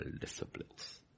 disciplines